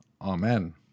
Amen